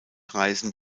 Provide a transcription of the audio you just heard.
reisen